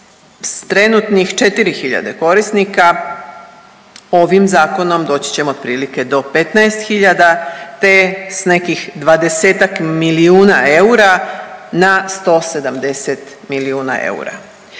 S trenutnih 4 hiljade korisnika ovim zakonom doći ćemo otprilike do 15 hiljada te s nekih 20-ak milijuna eura na 170 milijuna eura.